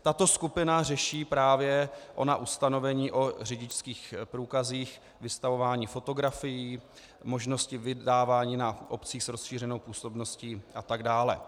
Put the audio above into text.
Tato skupina řeší právě ona ustanovení o řidičských průkazech, vystavování fotografií, možnosti vydávání na obcích s rozšířenou působností a tak dále.